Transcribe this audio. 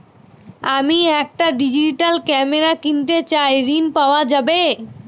আমি একটি digital camera কিনতে চাই ঝণ পাওয়া যাবে?